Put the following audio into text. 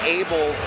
able